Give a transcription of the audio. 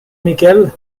miquel